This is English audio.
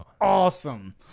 awesome